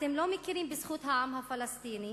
אתם לא מכירים בזכות העם הפלסטיני